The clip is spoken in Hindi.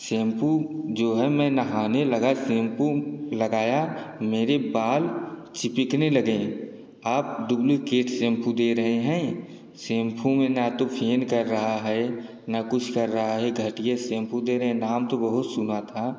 शेम्पू जो है मैं नहाने लगा शैंपू लगाया मेरी बाल चिपकने लगे हैं आप डुप्लीकेट शैंपू दे रहे हैं शेम्फू में ना तो फेन कर रहा है न कुछ कर रहा है घटिया शेम्पू दे रहे हैं नाम तो बहुत सुना था